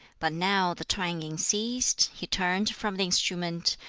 but now the twanging ceased, he turned from the instrument,